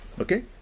okay